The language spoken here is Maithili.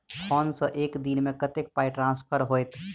फोन सँ एक दिनमे कतेक पाई ट्रान्सफर होइत?